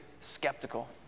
skeptical